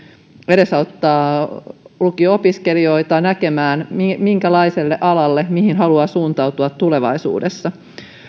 edesauttaa lukio opiskelijoita näkemään mihin ja minkälaiselle alalle haluaa suuntautua tulevaisuudessa